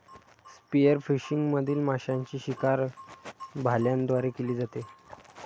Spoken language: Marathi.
स्पीयरफिशिंग मधील माशांची शिकार भाल्यांद्वारे केली जाते